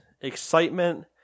Excitement